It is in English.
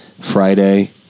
Friday